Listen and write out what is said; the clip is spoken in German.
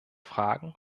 fragen